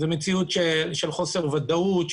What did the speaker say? זו מציאות של חוסר ודאות,